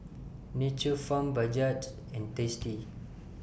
Nature's Farm Bajaj and tasty